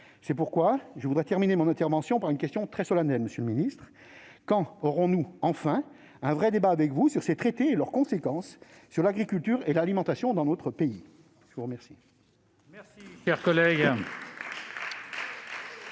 C'est pourquoi je voudrais terminer mon intervention par une question très solennelle, monsieur le ministre : quand aurons-nous enfin un vrai débat avec vous sur ces traités et sur leurs conséquences sur l'agriculture et l'alimentation dans notre pays ? La parole